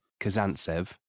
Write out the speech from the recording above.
Kazantsev